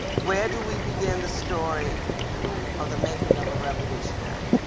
where do we begin the story of the making of a revolutionary?